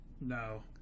no